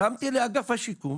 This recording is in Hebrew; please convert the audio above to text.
הרמתי טלפון לאגף השיקום: